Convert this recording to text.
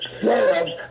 selves